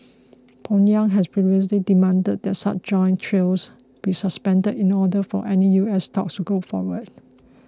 Pyongyang had previously demanded that such joint drills be suspended in order for any U S talks to go forward